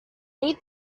eat